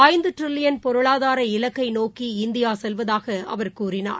ஐந்துட்ரில்லியன் பொருளாதார இலக்கைநோக்கி இந்தியாசெல்வதாகஅவர் கூறினார்